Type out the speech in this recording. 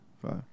five